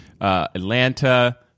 Atlanta